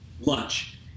lunch